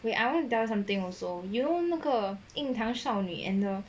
wait I want to tell you something also you 那个印堂少女 and the